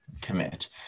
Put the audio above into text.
commit